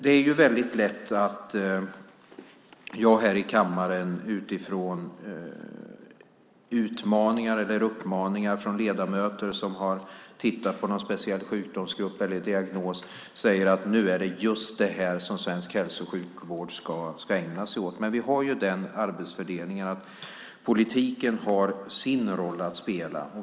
Det händer att jag här i kammaren får uppmaningar från ledamöter som har tittat på någon speciell sjukdomsgrupp eller diagnos och som säger att nu är det just det här som svensk hälso och sjukvård ska ägna sig åt. Men vi har den arbetsfördelningen att politiken har sin roll att spela.